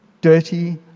Dirty